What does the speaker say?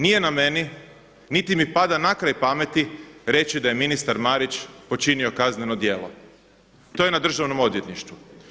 Nije na meni niti mi pada na kraj pameti reći da je ministar Marić počinio kazneno djelo, to je na Državnom odvjetništvu.